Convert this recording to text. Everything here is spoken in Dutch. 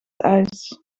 ijs